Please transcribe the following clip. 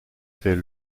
effet